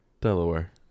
Delaware